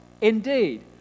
indeed